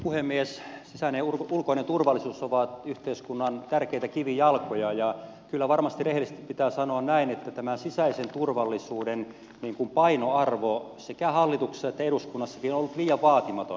sisäinen ja ulkoinen turvallisuus ovat yhteiskunnan tärkeitä kivijalkoja ja kyllä varmasti rehellisesti pitää sanoa näin että tämä sisäisen turvallisuuden painoarvo sekä hallituksessa että eduskunnassakin on ollut liian vaatimaton